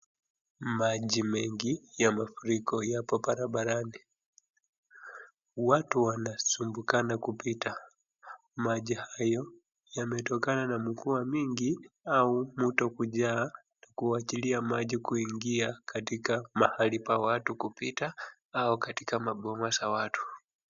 Maji mengi ya mafuriko yapo barabarani, watu wanasumbukana kupita. Maji hayo yametokana na mvua mingi au mto kujaa kuachilia maji kuingia katika mahali pa watu kupita au katika maboma za watu.